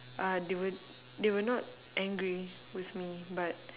uh they were they were not angry with me but